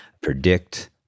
predict